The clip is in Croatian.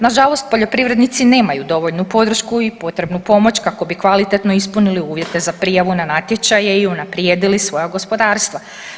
Nažalost, poljoprivrednici nemaju dovoljnu podršku i potrebnu pomoć kako bi kvalitetno ispunili uvjete za prijavu na natječaje i unaprijedili svoja gospodarstva.